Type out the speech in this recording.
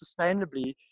sustainably